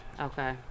Okay